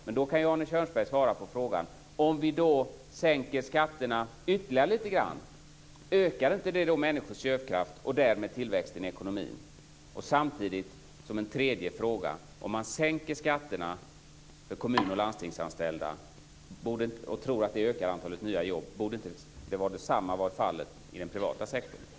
Men då kan väl Arne Kjörnsberg svara på frågan: Om vi sänker skatterna ytterligare lite grann, ökar det då inte människors köpkraft och därmed tillväxten i ekonomin? Om man sänker skatterna för kommunoch landstingsanställda och tror att det ökar antalet nya jobb, borde då inte detsamma vara fallet i den privata sektorn?